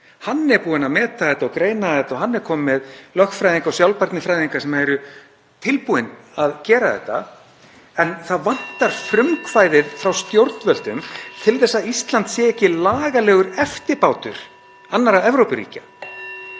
Hann er búinn að meta og greina þetta og hann er kominn með lögfræðinga og sjálfbærnifræðinga sem eru tilbúin að gera þetta. En það vantar frumkvæðið (Forseti hringir.) frá stjórnvöldum til að Ísland sé ekki lagalegur eftirbátur annarra Evrópuríkja.